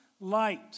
light